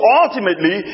ultimately